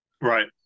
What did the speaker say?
right